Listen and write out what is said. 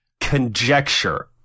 conjecture